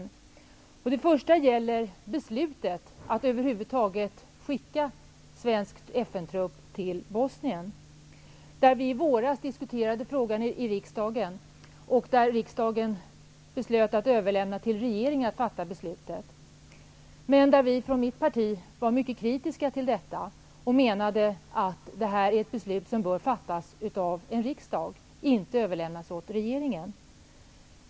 Den första gäller beslutet att över huvud taget skicka svensk FN-trupp till Bosnien. Vi diskuterade i våras frågan i riksdagen, och riksdagen beslöt att överlämna till regeringen att fatta beslutet. Vi i mitt parti var mycket kritiska till detta och menade att detta är ett beslut som bör fattas av en riksdag, inte överlämnas åt regeringen.